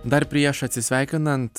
dar prieš atsisveikinant